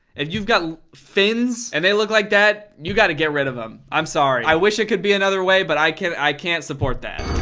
if you've got fins and they look like that you gotta get rid of them, i'm sorry. i wish it could be another way, but i can't i can't support that.